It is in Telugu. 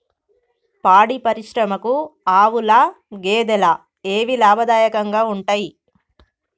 పాడి పరిశ్రమకు ఆవుల, గేదెల ఏవి లాభదాయకంగా ఉంటయ్?